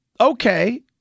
okay